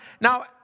Now